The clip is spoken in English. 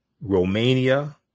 Romania